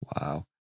Wow